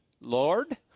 Lord